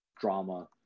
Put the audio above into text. drama